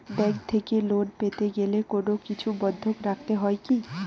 Bank থেকে loan পেতে গেলে কোনো কিছু বন্ধক রাখতে হয় কি?